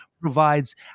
provides